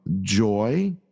joy